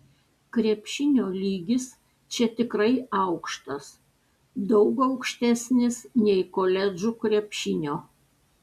krepšinio lygis čia tikrai aukštas daug aukštesnis nei koledžų krepšinio